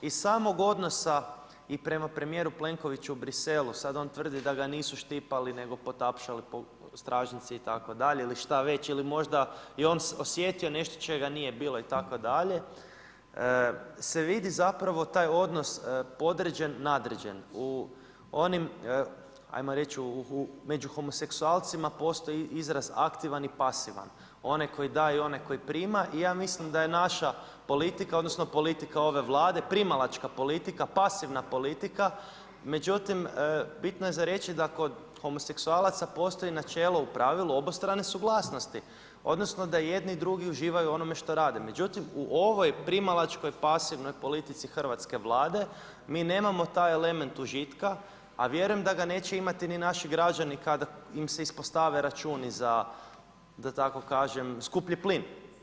Iz samog odnosa i prema premijeru Plenkoviću u Bruxellesu, sad on tvrdi da ga nisu štipali, nego potapšali po stražnjici itd. ili što već ili možda je on osjetio nešto čega nije bilo itd. se vidi zapravo taj odnos podređen, nadređen u onim, ajmo reć među homoseksualcima postoji izraz aktivan i pasivan, onaj koji daje i onaj koji prima i ja mislim da je naša politika, odnosno politika ove Vlade primalačka politika, pasivna politika, međutim bitno je za reći da kod homoseksualaca postoji načelo u pravilu obostrane suglasnosti, odnosno da i jedni i drugi uživaju o onome što rade, međutim u ovoj primalačkoj pasivnoj politici Hrvatske Vlade mi nemamo taj element užitka, a vjerujem da ga neće imati ni naši građani kada im se ispostave računi za, da tako kažem skuplji plin.